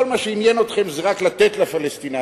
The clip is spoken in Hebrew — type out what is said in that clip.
כל מה שעניין אתכם זה רק לתת לפלסטינים,